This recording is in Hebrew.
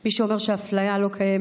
מי שאומר שהאפליה לא קיימת,